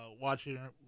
watching